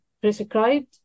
prescribed